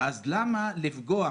למה לפגוע